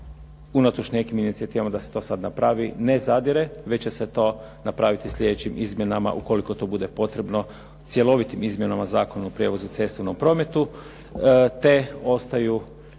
unatoč nekim inicijativama da se to sad napravi ne zadire već će se to napravi slijedećim izmjenama ukoliko to bude potrebno cjelovitim izmjenama Zakona o prijevozu u cestovnom prometu. Te ostaju